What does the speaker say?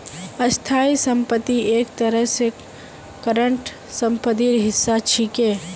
स्थाई संपत्ति एक तरह स करंट सम्पत्तिर हिस्सा छिके